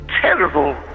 Terrible